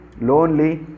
lonely